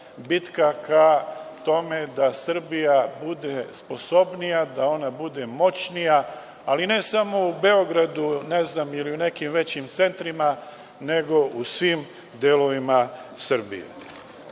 bitka ka tome da Srbija bude sposobnija, da ona bude moćnija, ali ne samo u Beogradu ili u nekim veći centrima, nego u svim delovima Srbije. Na